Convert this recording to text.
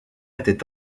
était